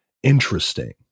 interesting